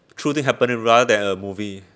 true thing happening rather than a movie